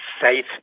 safe